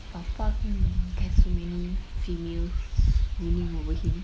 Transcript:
papa can get so many females swooning over him